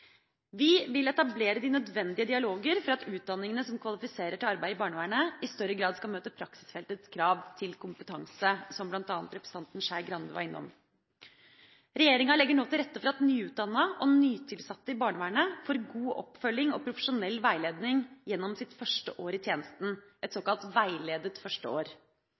Vi vil etablere de nødvendige dialoger for at utdanningene som kvalifiserer til arbeid i barnevernet, i større grad skal møte praksisfeltets krav til kompetanse – som bl.a. representanten Skei Grande var innom. Regjeringa legger nå til rette for at nyutdannede og nytilsatte i barnevernet får god oppfølging og profesjonell veiledning gjennom sitt første år i tjenesten, et såkalt veiledet